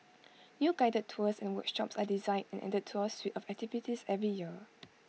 new guided tours and workshops are designed and added to our suite of activities every year